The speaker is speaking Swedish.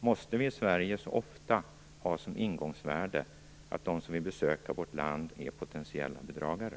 Måste vi i Sverige så ofta ha som ingångsvärde att de som vill besöka vårt land är potentiella bedragare?